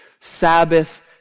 Sabbath